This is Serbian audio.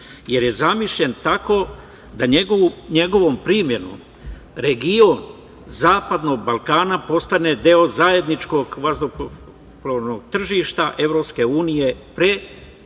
jer je zamišljen tako da njegovom primenom region zapadnog Balkana postane deo zajedničkog vazduhoplovnog tržišta EU pre